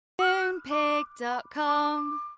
Moonpig.com